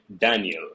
Daniel